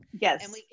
Yes